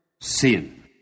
sin